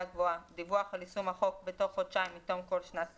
גבוהה דיווח על יישום החוק בתוך חודשיים מתום כל שנת כספים.